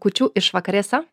kūčių išvakarėse